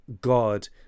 God